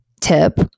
tip